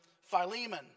Philemon